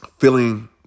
Feeling